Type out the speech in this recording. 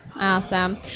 Awesome